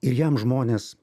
ir jam žmonės